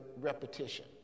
repetition